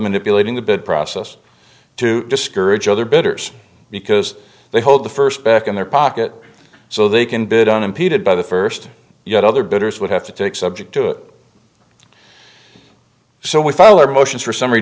manipulating the bid process to discourage other bidders because they hold the first back in their pocket so they can bid unimpeded by the first yet other bidders would have to take subject to it so we file a motion for summary